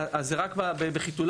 זה רק בחיתוליו,